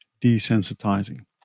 desensitizing